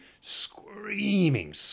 screaming